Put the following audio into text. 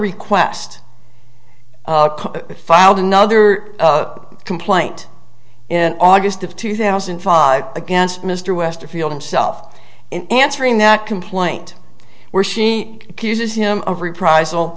request but filed another complaint in august of two thousand and five against mr westerfield himself in answering that complaint where she accuses him of reprisal